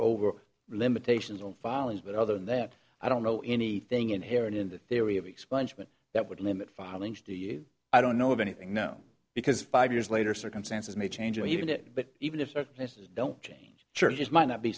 over limitations on filings but other than that i don't know anything inherent in the theory of expungement that would limit filings to you i don't know of anything no because five years later circumstances may change or even it but even if certain places don't change churches might not be